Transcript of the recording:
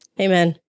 Amen